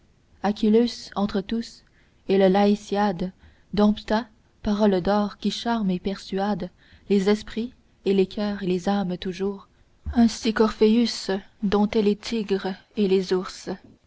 akhilleus entre tous et le laëtiade dompta parole d'or qui charme et persuade les esprits et les coeurs et les âmes toujours ainsi qu'orpheus domptait les tigres elles ours